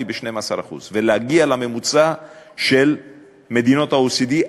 ב-12% ולהגיע לממוצע של מדינות ה-OECD,